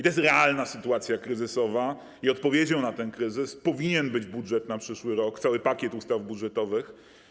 To jest realna sytuacja kryzysowa i odpowiedzią na ten kryzys powinien być budżet na przyszły rok, cały pakiet ustaw budżetowych.